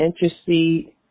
intercede